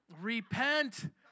Repent